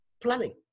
planning